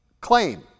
claim